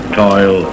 toil